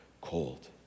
cold